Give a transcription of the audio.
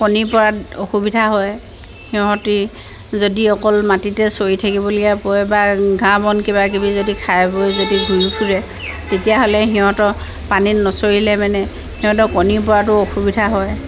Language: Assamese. কণী পৰাত অসুবিধা হয় সিহঁতে যদি অকল মাটিতে চৰি থাকিবলীয়া পৰে বা ঘাঁহ বন কিবা কিবি যদি খাই বৈ যদি ঘূৰি ফুৰে তেতিয়াহ'লে সিহঁতৰ পানীত নচৰিলে মানে সিহঁতৰ কণীৰ পৰাতো অসুবিধা হয়